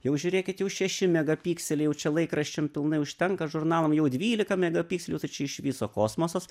jau žiūrėkit jau šeši megapikseliai jau čia laikraščiam pilnai užtenka žurnalam jau dvylika megapikselių tai čia iš viso kosmosas